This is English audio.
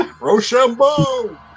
Rochambeau